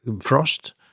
frost